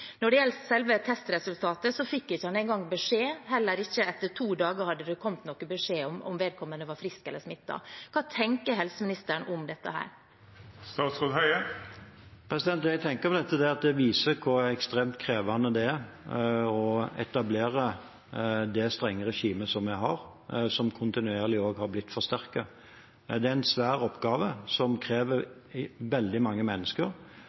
to dager – om man var frisk eller smittet. Hva tenker helseministeren om dette? Det jeg tenker om dette, er at det viser hvor ekstremt krevende det er å etablere det strenge regimet vi har, som kontinuerlig har blitt forsterket. Det er en svær oppgave, som krever veldig mange mennesker.